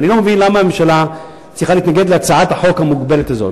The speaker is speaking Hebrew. ואני לא מבין למה הממשלה צריכה להתנגד להצעת החוק המוגבלת הזאת.